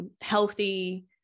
healthy